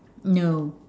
no